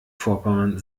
vorpommern